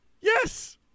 Yes